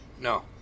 no